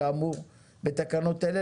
כאמור בתקנות אלה,